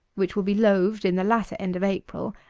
which will be loaved in the latter end of april,